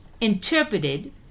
interpreted